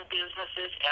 businesses